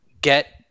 get